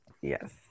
yes